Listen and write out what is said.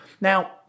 Now